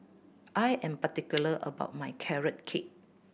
I am particular about my Carrot Cake